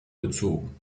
bezogen